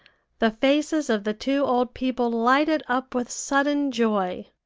the faces of the two old people lighted up with sudden joy.